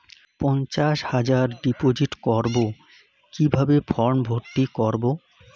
পঞ্চাশ হাজার ডিপোজিট করবো কিভাবে ফর্ম ভর্তি করবো?